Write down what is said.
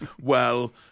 Well